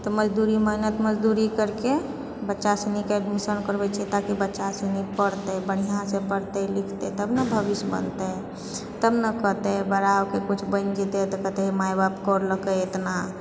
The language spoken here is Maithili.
तऽ मजदूरी मेहनत मजदूरी करिके बच्चासनीके एडमिशन करबए छिऐ ताकि बच्चासनी पढ़तै बढ़िआँसँ पढ़तै लिखतै तब ने भविष्य बनतै तब ने करतै बड़ा होकर किछु बनि जेतए तऽ कहतै कि माय बाप करलकै इतना